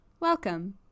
Welcome